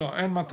לא, אין מטרה.